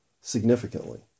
significantly